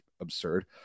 absurd